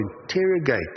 interrogate